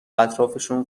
اطرافشون